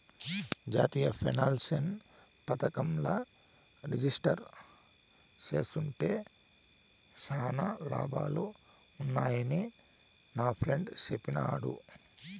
జాతీయ పెన్సన్ పదకంల రిజిస్టర్ జేస్కుంటే శానా లాభాలు వున్నాయని నాఫ్రెండ్ చెప్పిన్నాడు